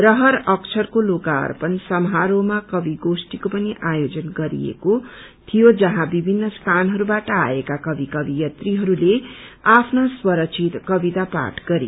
रहर अक्षरको लोकार्पण समारोहमा कवि गोष्ठीको पनि आयोजन गरिएको थियो जहाँ विभिन्न स्थानहरूबाट आएका कवि कवियत्रीहरूले आफ्ना स्वरचित कविता पाठ गरे